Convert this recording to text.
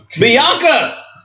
Bianca